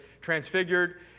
transfigured